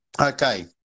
Okay